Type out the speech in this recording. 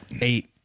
Eight